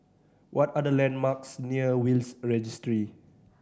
what are the landmarks near Will's Registry